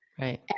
Right